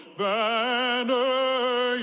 banner